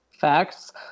Facts